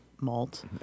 malt